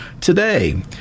today